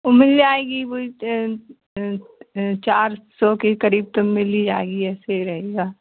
मिल जाएगी वही चार सौ के क़रीब तो मिल ही जाएगी ऐसे रहेगा